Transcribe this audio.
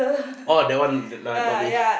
orh that one no not me